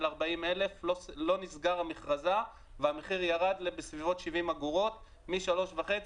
40,000 לא נסגרה --- והמחיר ירד לכ-70 אגורות מ-3.5 שקלים.